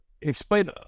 explain